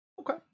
Okay